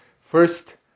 First